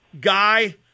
guy